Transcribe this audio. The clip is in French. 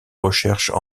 recherches